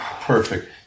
Perfect